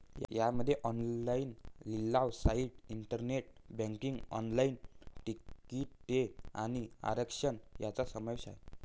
यामध्ये ऑनलाइन लिलाव site, internet banking, online तिकिटे आणि आरक्षण यांचा समावेश आहे